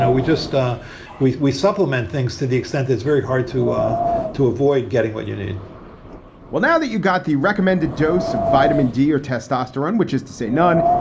we just ah we we supplement things to the extent that's very hard to ah to avoid getting what you need well, now that you got the recommended dose of vitamin d or testosterone, which is to say none,